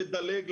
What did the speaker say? לדלג,